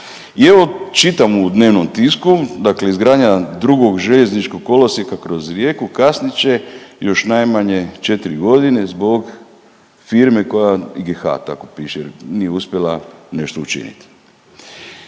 I evo, čitam u dnevnom tisku, dakle izgradnja drugog željezničkog kolosijeka kroz Rijeku kasnit će još najmanje 4 godine zbog firme koja, IGH, tako piše, nije uspjela nešto učiniti.